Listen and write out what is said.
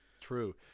true